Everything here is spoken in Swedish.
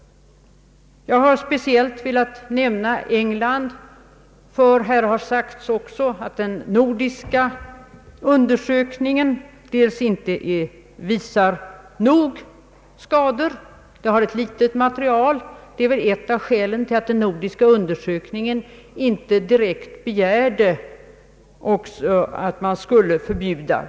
Jag har speciellt velat nämna England, ty det har framhållits att den nordiska undersökningen inte visar att det förekommit så många skador att boxningen bör förbjudas. Undersökningen omfattar ett litet material, och det är väl ett av skälen till att den inte ledde till att man begärde att boxningen skulle förbjudas.